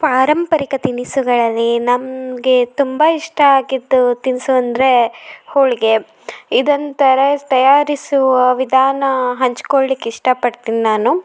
ಪಾರಂಪರಿಕ ತಿನಿಸುಗಳಲ್ಲಿ ನಮಗೆ ತುಂಬ ಇಷ್ಟ ಆಗಿದ್ದು ತಿನಿಸು ಅಂದರೆ ಹೋಳಿಗೆ ಇದೊಂಥರ ತಯಾರಿಸುವ ವಿಧಾನ ಹಂಚ್ಕೊಳ್ಲಿಕ್ಕೆ ಇಷ್ಟಪಡ್ತಿನಿ ನಾನು